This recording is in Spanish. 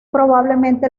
probablemente